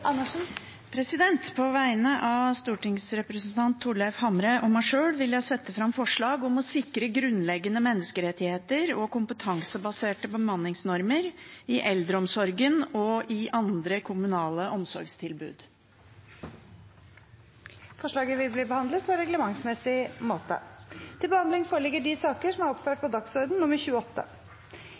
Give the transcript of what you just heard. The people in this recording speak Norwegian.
På vegne av stortingsrepresentant Torleif Hamre og meg sjøl vil jeg sette fram forslag om å sikre grunnleggende menneskerettigheter og kompetansebaserte bemanningsnormer i eldreomsorgen og i andre kommunale omsorgstilbud. Forslaget vil bli behandlet på reglementsmessig måte. Etter ønske fra utdannings- og forskningskomiteen vil debatten bli begrenset til